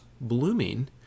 blooming